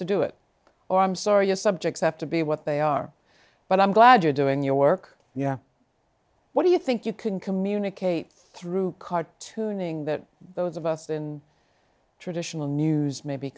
to do it or i'm sorry your subjects have to be what they are but i'm glad you're doing your work yeah what do you think you can communicate through cartooning that those of us in traditional news maybe